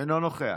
אינו נוכח,